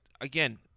again